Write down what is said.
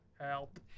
Help